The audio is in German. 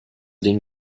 den